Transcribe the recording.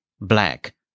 Black